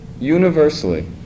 universally